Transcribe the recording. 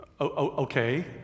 okay